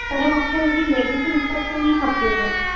पर मुखे वरी लेडी इंस्ट्रचशन ई खपेव